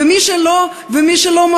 ומי שלא מפנים,